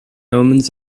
omens